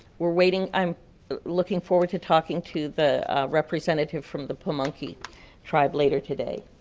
we are waiting, i'm looking forward to talking to the representative from the pulmonkee tribe later today,